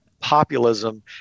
populism